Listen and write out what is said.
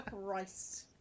Christ